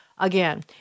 Again